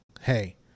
hey